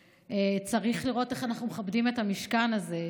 שצריך לראות איך אנחנו מכבדים את המשכן הזה,